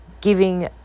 giving